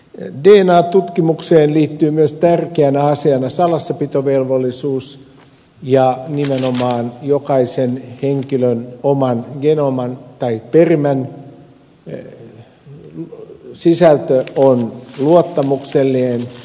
dna tutkimukseen liittyy tärkeänä asiana myös salassapitovelvollisuus ja nimenomaan jokaisen henkilön oman genomin tai perimän sisältö on luottamuksellinen